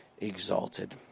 exalted